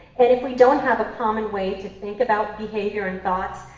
and if we don't have a common way to think about behavior and thoughts,